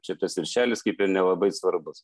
čia tas viršelis kaip ir nelabai svarbus